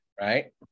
Right